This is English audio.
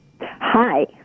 Hi